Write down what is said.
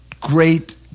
great